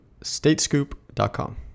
statescoop.com